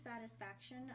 satisfaction